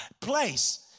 place